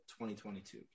2022